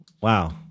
wow